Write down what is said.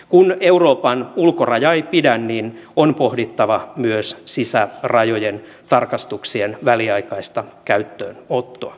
kun euroopan ulkoraja ei pidä niin on pohdittava myös sisään rajojen tarkastuksien väliaikaista käyttöön ottoa